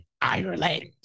Ireland